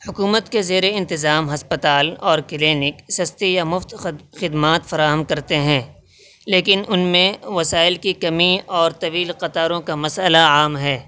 حکومت کے زیر انتظام ہسپتال اور کلینک سستے یا مفت خدمات فراہم کرتے ہیں لیکن ان میں وسائل کی کمی اور طویل قطاروں کا مسئلہ عام ہے